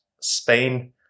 Spain